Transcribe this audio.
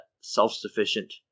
self-sufficient